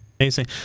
Amazing